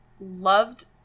loved